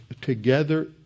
together